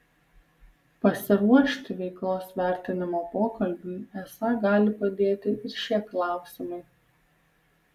pasiruošti veiklos vertinimo pokalbiui esą gali padėti ir šie klausimai